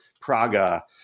praga